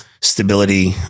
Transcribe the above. stability